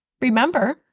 Remember